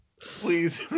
please